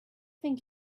think